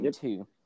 two